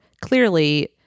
clearly